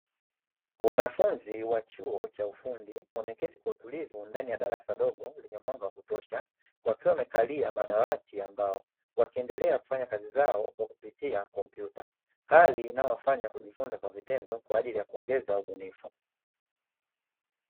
Wanafunzi wa chuo cha ufundi wameketi kwa utulivu ndani ya darasa dogo lenye mwanga wa kutosha, wakiwa wamekalia madawati ambao wakiendelea kufanya kazi zao kwa kupitia kompyuta, hali inayowafanya kujifunza kwa vitendo kwa ajili ya kuongeza ubunifu.